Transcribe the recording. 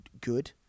good